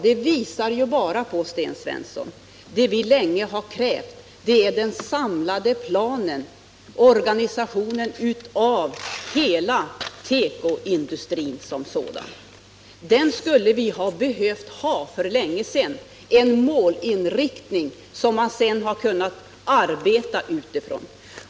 Det visar bara på, Sten Svensson, behovet av det vi länge har krävt, nämligen den samlade planen, organisationen av hela tekoindustrin som sådan. Den skulle vi ha behövt ha för länge sedan —- en målinriktning som man sedan kunnat arbeta utifrån.